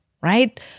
right